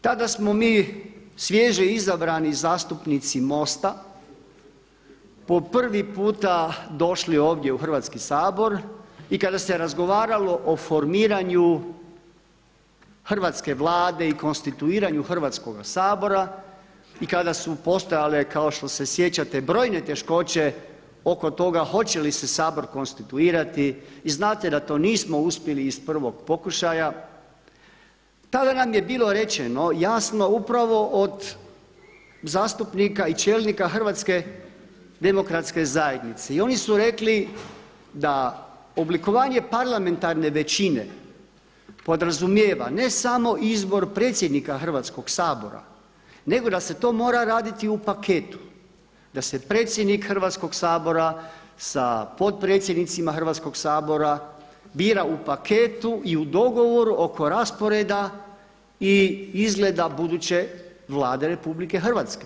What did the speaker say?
Tada smo mi svježe izabrani zastupnici MOST-a po prvi puta došli ovdje u Hrvatski sabor i kada se razgovaralo o formiranju hrvatske Vlade i konstituiranju Hrvatskoga sabora i kada su postojale kao što se sjećate brojne teškoće oko toga hoće li se Sabor konstituirati i znate da to nismo uspjeli iz prvog pokušaja tada nam je bilo rečeno jasno upravo od zastupnika i čelnika HDZ-a i oni su rekli da oblikovanje parlamentarne većine podrazumijeva ne samo izbor predsjednika Hrvatskoga sabora nego da se to mora raditi u paketu da se predsjednik Hrvatskoga sabora sa potpredsjednicima Hrvatskoga sabora bira u paketu i u dogovoru oko rasporeda i izbora buduće Vlade RH.